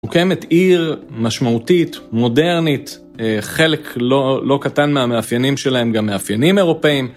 מוקמת עיר משמעותית, מודרנית, חלק לא קטן מהמאפיינים שלה הם גם מאפיינים אירופאים.